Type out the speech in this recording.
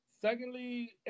Secondly